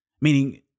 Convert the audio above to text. meaning